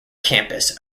campus